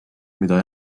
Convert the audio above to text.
mida